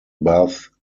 bath